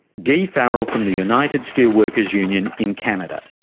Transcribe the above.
guy farrell from the united steel workers union in canada.